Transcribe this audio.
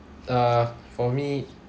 uh for me